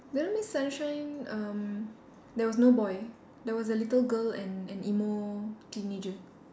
little miss sunshine um there was no boy there was a little girl and an emo teenager